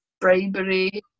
bribery